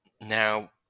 Now